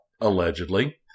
allegedly